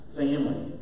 family